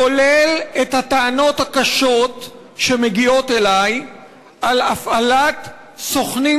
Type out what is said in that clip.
כולל את הטענות הקשות שמגיעות אלי על הפעלת סוכנים